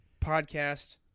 podcast